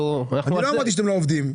אני לא אמרתי שאתם לא עובדים,